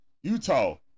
Utah